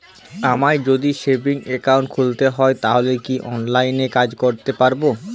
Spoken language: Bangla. আমায় যদি সেভিংস অ্যাকাউন্ট খুলতে হয় তাহলে কি অনলাইনে এই কাজ করতে পারবো?